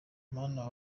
mana